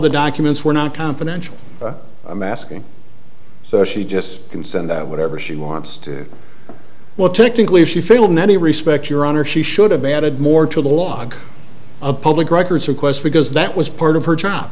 the documents were not confidential i'm asking so she just can send that whatever she wants to what technically she failed many respects your honor she should have added more to the log of public records request because that was part of her job